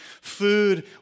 food